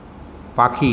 পাখি